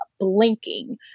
Blinking